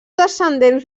descendents